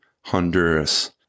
Honduras